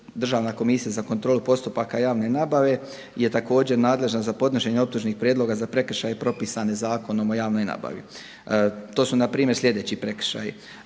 Državna komisija za kontrolu postupaka javne nabave je također nadležna za podnošenje optužnih prijedloga za prekršaje propisane Zakonom o javnoj nabavi. To su npr. sljedeći prekršaji,